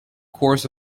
course